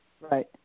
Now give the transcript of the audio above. Right